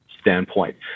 standpoint